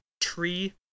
tree